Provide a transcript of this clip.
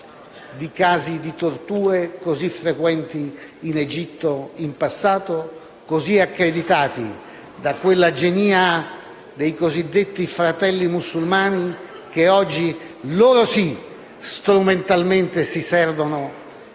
casi di torture, così frequenti in Egitto in passato, così accreditati dalla genia dei cosiddetti Fratelli musulmani che oggi - loro sì - strumentalmente si servono